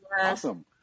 Awesome